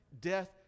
death